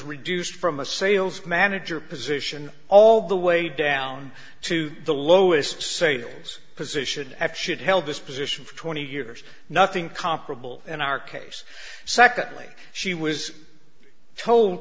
reduced from a sales manager position all the way down to the lowest sales position and should held this position for twenty years nothing comparable in our case secondly she was told